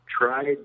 tried